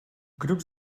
grups